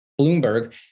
Bloomberg